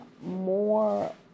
more